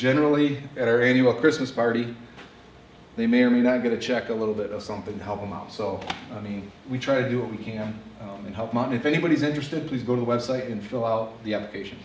generally or anyone christmas party they may or may not get a check a little bit of something to help them out so i mean we try to do what we can and help money if anybody's interested please go to the website and fill out the application